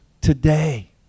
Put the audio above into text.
today